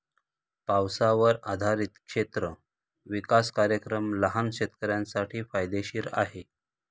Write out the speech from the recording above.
पावसावर आधारित क्षेत्र विकास कार्यक्रम लहान शेतकऱ्यांसाठी फायदेशीर आहे